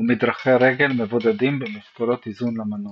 מדרכי רגל מבודדים ומשקולות איזון למנוע.